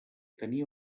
tenia